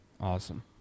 Awesome